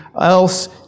else